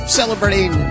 celebrating